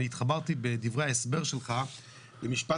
אני התחברתי בדבריי ההסבר שלך על משפט